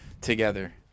together